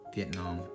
Vietnam